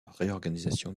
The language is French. réorganisation